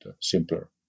simpler